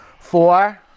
Four